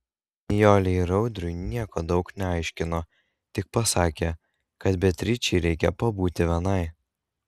nijolei ir audriui nieko daug neaiškino tik pasakė kad beatričei reikia pabūti vienai